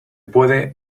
puede